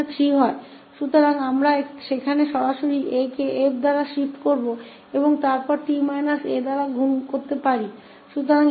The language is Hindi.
तो हम वहां से में एक सीधा बदलाव कर सकते हैं और फिर 𝐻𝑡 − 𝑎 से गुणा कर सकते हैं